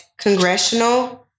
congressional